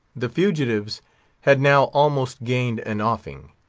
the fugitives had now almost gained an offing.